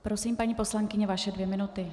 Prosím, paní poslankyně, vaše dvě minuty.